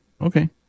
Okay